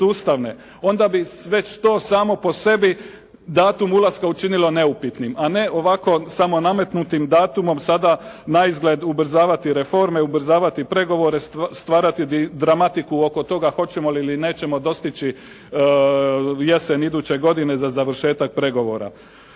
onda bi već to samo po sebi datum ulaska učinilo neupitnim. A ne ovako samonametnutim datumom sada naizgled ubrzavati reforme, ubrzavati pregovore, stvarati dramatiku oko toga hoćemo li ili nećemo dostići jesen iduće godine za završetak pregovora.